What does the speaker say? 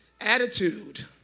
Attitude